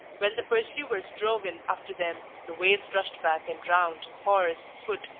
when the pursuers drove in after them, the waves rushed back and drowned horse, foot,